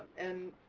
and